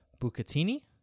bucatini